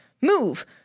Move